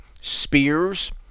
spears